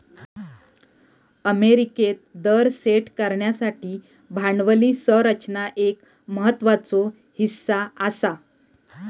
अमेरिकेत दर सेट करण्यासाठी भांडवली संरचना एक महत्त्वाचो हीस्सा आसा